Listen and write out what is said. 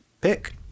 pick